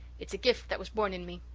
it's a gift that was born in me.